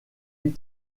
luis